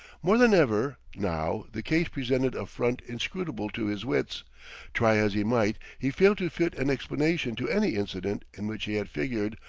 more than ever, now, the case presented a front inscrutable to his wits try as he might, he failed to fit an explanation to any incident in which he had figured,